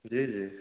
जी जी